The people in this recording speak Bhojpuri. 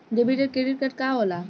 डेबिट या क्रेडिट कार्ड का होला?